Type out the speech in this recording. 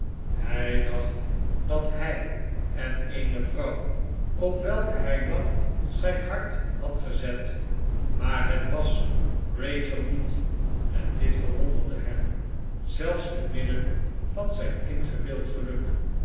hij dacht dat hij en eene vrouw op welke hij lang zijn hart had gezet maar het was kachel niet en dit verwonderde hem zelfs te midden van zijn ingebe'eld geluk